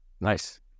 Nice